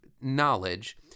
knowledge